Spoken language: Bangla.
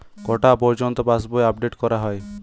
কটা পযর্ন্ত পাশবই আপ ডেট করা হয়?